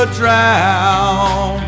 drown